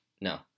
no